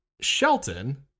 Shelton